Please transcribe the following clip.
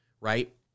right